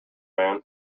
man